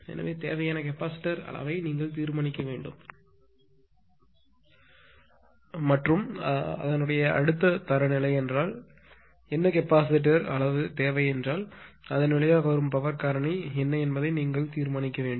எனவே தேவையான கெப்பாசிட்டர் அளவை நீங்கள் தீர்மானிக்க வேண்டும் மற்றும் அடுத்த தரநிலை என்றால் என்ன கெப்பாசிட்டர் அளவு தேவை என்றால் அதன் விளைவாக வரும் பவர் காரணி என்ன என்பதை நீங்கள் தீர்மானிக்க வேண்டும்